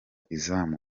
izamu